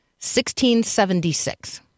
1676